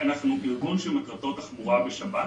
אנחנו ארגון שמטרתו תחבורה בשבת,